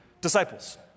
disciples